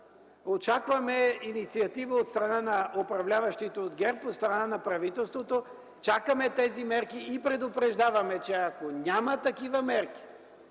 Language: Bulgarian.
Очакваме инициатива от страна на управляващите от ГЕРБ, от страна на правителството. Чакаме тези мерки и предупреждаваме, че ако няма такива мерки,